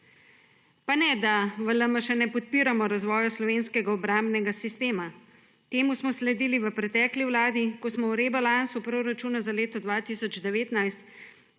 Pa ne, da v LMŠ ne podpiramo razvoja slovenskega obrambnega sistema. Temu smo sledili v pretekli vladi, ko smo v rebalansu proračuna za leto 2019